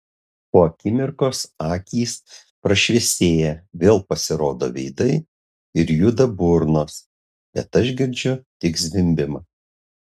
po akimirkos akys prašviesėja vėl pasirodo veidai ir juda burnos bet aš girdžiu tik zvimbimą